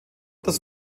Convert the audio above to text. das